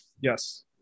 Yes